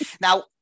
Now